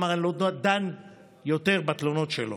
אמר: אני לא דן יותר בתלונות שלו.